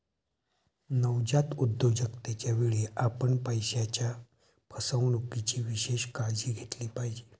नवजात उद्योजकतेच्या वेळी, आपण पैशाच्या फसवणुकीची विशेष काळजी घेतली पाहिजे